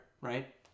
right